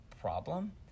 problem